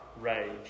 rage